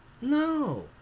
No